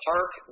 Park